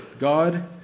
God